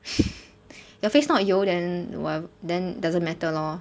your face not 油 then whatever then doesn't matter lor